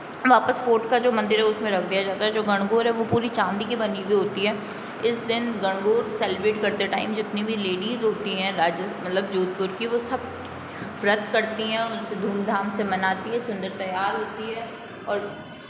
वापस फोर्ट का जो मंदिर हो उसमें रख दिया जाता है जो गणगौर है वो पूरी चांदी की बनी हुई होती है इस दिन गणगौर सेलिब्रेट करते टाइम जितने भी लेडिज़ होती हैं राज्य मतलब जोधपुर की वो सब व्रत करती हैं धूम धाम से मनाती है सुंदर तैयार होती है और